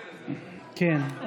דוקטור, אני לא מתמודד בזה.